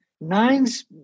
nines